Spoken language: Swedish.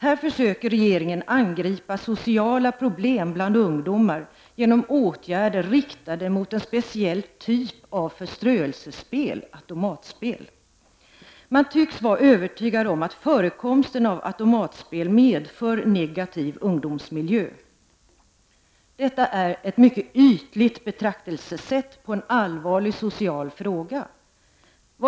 Här försöker regeringen angripa sociala problem bland ungdomar genom åtgärder riktade mot en speciell typ av förströelsespel, automatspel. Man tycks vara övertygad om att förekomsten av automatspel medför negativ ungdomsmiljö. Detta är ett mycket ytligt betraktelsesätt på en allvarlig social fråga.